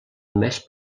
més